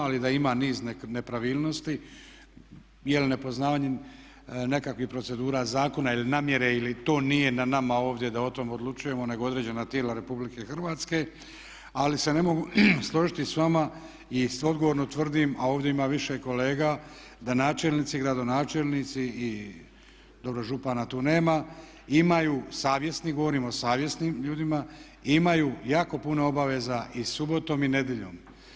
Ali da ima niz nepravilnosti jel' nepoznavanjem nekakvih procedura zakona ili namjere to nije na nama ovdje da o tome odlučujemo nego određena tijela Republike Hrvatske, ali se ne mogu složiti s vama i odgovorno tvrdim, a ovdje ima više kolega da načelnici, gradonačelnici i dobro župana tu nema imaju savjesti, govorim o savjesnim ljudima, imaju jako puno obaveza i subotom i nedjeljom.